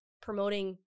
promoting